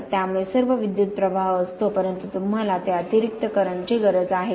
त्यामध्ये सर्व विद्युत् प्रवाह असतो परंतु तुम्हाला त्या अतिरिक्त करंटची गरज आहे का